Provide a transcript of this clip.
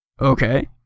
okay